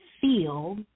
feel